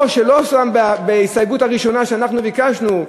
או שלא בהסתייגות הראשונה, סגן השר, ביקשנו: